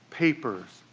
papers,